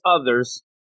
others